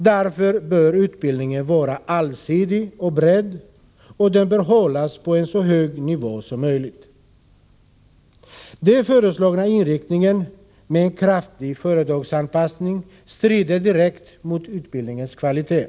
Därför bör utbildningen vara allsidig och bred, och den bör hållas på så hög nivå som möjligt. Den föreslagna inriktningen, med en kraftig företagsanpassning, står i direkt strid mot utbildningens kvalitet.